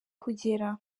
kugera